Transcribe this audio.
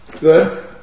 Good